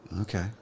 Okay